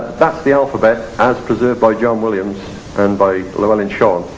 that the alphabet as preserved by john williams and by llywelyn sion.